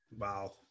Wow